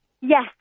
Yes